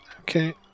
Okay